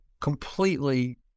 completely